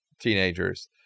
teenagers